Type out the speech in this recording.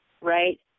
Right